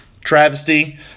travesty